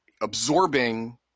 absorbing